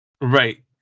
Right